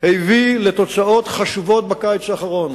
הביא לתוצאות חשובות בקיץ האחרון.